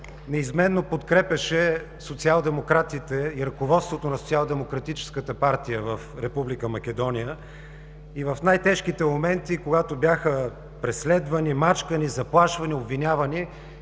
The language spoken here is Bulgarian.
неизменно подкрепяше социалдемократите и ръководството на Социалдемократическата партия в Република Македония. В най-¬тежките моменти, когато бяха преследвани, мачкани, заплашвани, обвинявани,